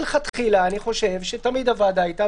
מלכתחילה אני חושב שתמיד הוועדה הייתה,